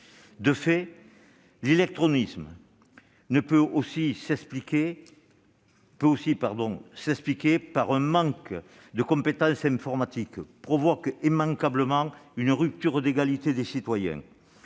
De fait, l'illectronisme, qui peut aussi s'expliquer par un manque de compétences informatiques, provoque immanquablement une rupture d'égalité des citoyens,